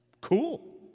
cool